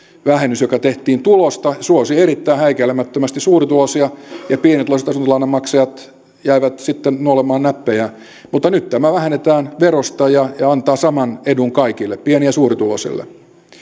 vähennys joka tehtiin tulosta suosi erittäin häikäilemättömästi suurituloisia ja pienituloiset asuntolainan maksajat jäivät sitten nuolemaan näppejään mutta nyt tämä vähennetään verosta ja se antaa saman edun kaikille pieni ja suurituloisille